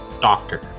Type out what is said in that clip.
doctor